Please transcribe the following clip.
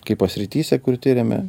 kaipo srityse kur tiriame